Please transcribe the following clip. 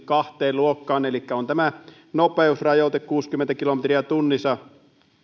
kahteen luokkaan elikkä on tämä nopeusrajoite kuusikymmentä kilometriä tunnissa